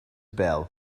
bell